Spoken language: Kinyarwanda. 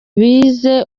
bize